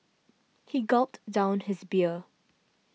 he gulped down his beer